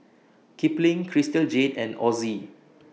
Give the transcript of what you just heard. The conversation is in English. Kipling Crystal Jade and Ozi